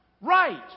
Right